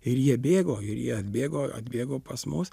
ir jie bėgo ir jie atbėgo atbėgo pas mus